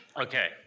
Okay